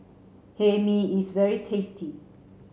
Hae Mee is very tasty